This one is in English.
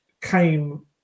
came